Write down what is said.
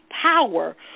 power